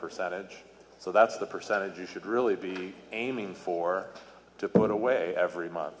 percentage so that's the percentage you should really be aiming for to put away every month